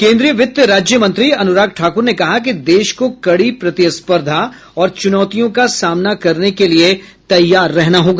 केन्द्रीय वित्त राज्य मंत्री अनुराग ठाक़्र ने कहा कि देश को कड़ी प्रतिस्पर्धा और चुनौतियों का सामना करने के लिए तैयार रहना होगा